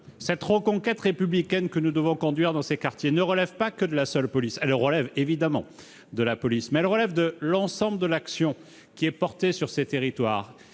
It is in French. La reconquête républicaine que nous devons conduire dans ces quartiers ne relève pas que de la seule police. Elle en relève, bien évidemment, mais elle relève aussi de l'ensemble de l'action portée sur ces territoires.